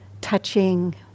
touching